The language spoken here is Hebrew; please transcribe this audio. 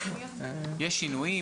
יש שינויים.